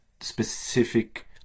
specific